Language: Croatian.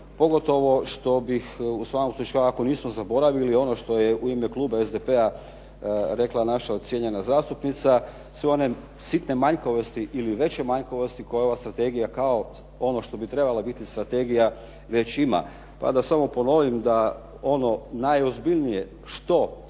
pogotovo što bih u svakom slučaju ako nismo zaboravili ono što je u ime kluba SDP-a rekla naša cijenjena zastupnica su one sitne manjkavosti ili veće manjkavosti koje ova strategija kao ono što bi trebalo biti strategija već ima. Pa da samo ponovim da ono najozbiljnije što,